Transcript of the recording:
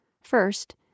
First